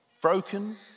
broken